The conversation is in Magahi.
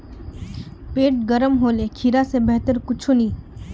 पेट गर्म होले खीरा स बेहतर कुछू नी